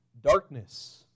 darkness